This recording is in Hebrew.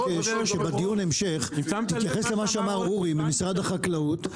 שבדיון ההמשך תתייחס למה שאמר אורי ממשרד החקלאות,